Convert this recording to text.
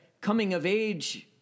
coming-of-age